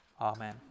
amen